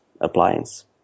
appliance